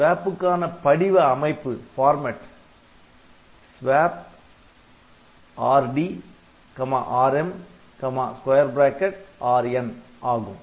SWAP க்கான படிவ அமைப்பு SWP RdRmRn ஆகும்